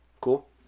Cool